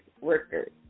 workers